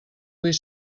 vull